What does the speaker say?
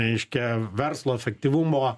reiškia verslo efektyvumo